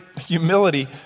humility